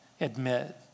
admit